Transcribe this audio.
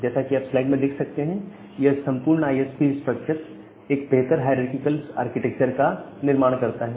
जैसा कि आप स्लाइड में देख सकते हैं यह संपूर्ण आईएसपी स्ट्रक्चर एक बेहतर हायरारकीकल आर्किटेक्चर का निर्माण करता है